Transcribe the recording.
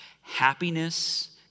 Happiness